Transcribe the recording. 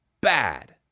Bad